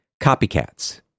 copycats